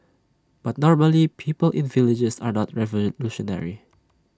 but normally people in villages are not revolutionary